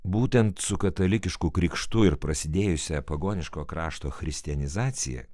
būtent su katalikišku krikštu ir prasidėjusia pagoniško krašto christianizacija